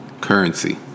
Currency